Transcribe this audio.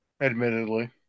Admittedly